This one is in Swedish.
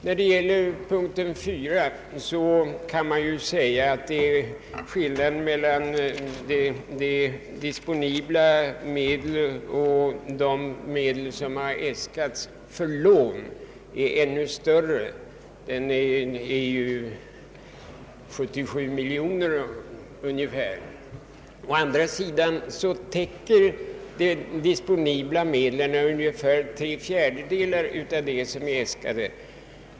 När det gäller punkten 4 kan man säga att skillnaden mellan disponibla medel och de medel som äskats för lån är ännu större — ungefär 77 miljoner. Å andra sidan täcker de disponibla medlen ungefär tre fjärdedelar av vad som äskats.